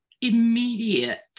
immediate